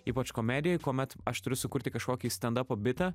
ypač komedijoj kuomet aš turiu sukurti kažkokį stendapo bitą